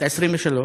בת 23,